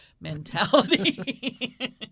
mentality